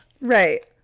Right